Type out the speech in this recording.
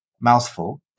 mouthful